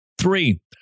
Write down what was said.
Three